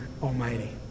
almighty